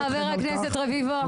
תודה רבה חבר הכנסת רביבו.